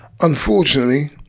Unfortunately